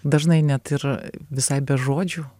dažnai net ir visai be žodžių